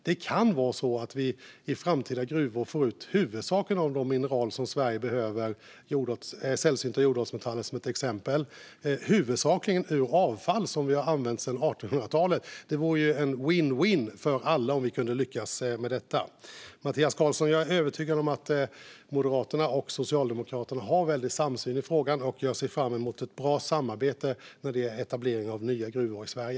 Det kan vara på det sättet att vi i framtida gruvor får ut huvudsaken av de mineral Sverige behöver, till exempel sällsynta jordartsmetaller, av avfall som vi har använt sedan 1800-talet. Det vore en vinn-vinn för alla om vi kan lyckas med det. Mattias Karlsson! Jag är övertygad om att Moderaterna och Socialdemokraterna har stor samsyn i frågan. Jag ser fram emot ett bra samarbete när det gäller etableringen av nya gruvor i Sverige.